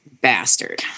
bastard